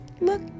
look